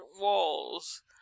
walls